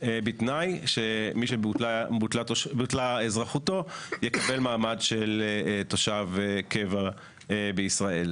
בתנאי שמי שבוטלה אזרחותו יקבל מעמד של תושב קבע בישראל.